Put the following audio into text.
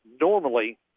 normally